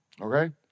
Okay